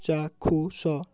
ଚାକ୍ଷୁଷ